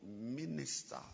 minister